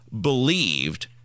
believed